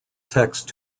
text